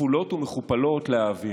כפולות ומכופלות, להעביר.